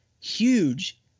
huge